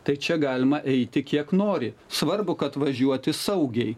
tai čia galima eiti kiek nori svarbu kad važiuoti saugiai